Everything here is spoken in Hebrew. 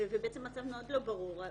וזה מצב מאוד לא ברור.